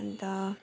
अनि त